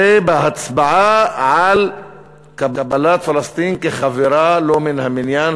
הרי בהצבעה על קבלת פלסטין כחברה לא מן המניין